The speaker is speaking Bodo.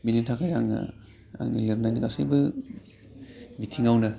बेनि थाखाय आङो आंनि लिरनायनि गासैबो बिथिङावनो